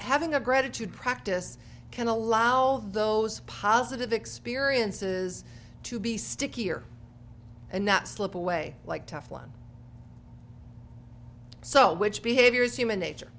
having a gratitude practice can allow those positive experiences to be stickier and not slip away like tough one so which behavior is human nature